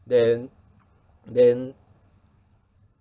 then then